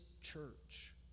church